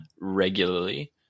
regularly